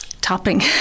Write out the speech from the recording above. topping